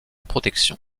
protection